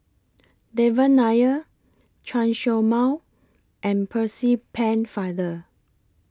Devan Nair Chen Show Mao and Percy Pennefather